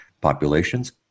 populations